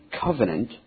covenant